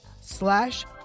slash